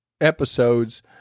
episodes